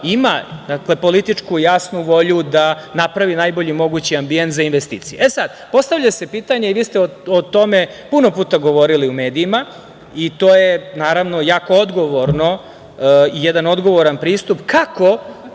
ima političku, jasnu volju da napravi najbolji mogući ambijent za investicije.E sad, postavlja se pitanje i vi ste o tome puno puta govorili u medijima i to je, naravno, jako odgovorno i jedan odgovoran pristup – kako